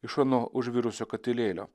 iš ano užvirusio katilėlio